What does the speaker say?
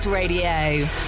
Radio